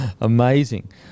Amazing